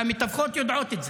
והמתווכות יודעות את זה,